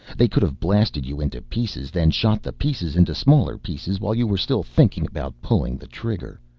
they could have blasted you into pieces, then shot the pieces into smaller pieces, while you were still thinking about pulling the trigger.